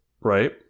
right